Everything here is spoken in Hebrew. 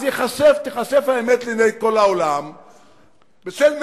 אז תיחשף האמת לעיני כל העולם זה חשוף.